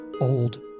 old